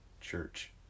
church